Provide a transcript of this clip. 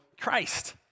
Christ